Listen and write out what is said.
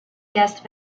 guest